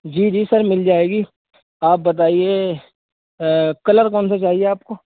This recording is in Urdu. جی جی سر مل جائے گی آپ بتائیے کلر کون سا چاہیے آپ کو